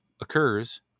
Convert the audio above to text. occurs